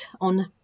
on